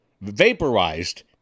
vaporized